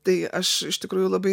tai aš iš tikrųjų labai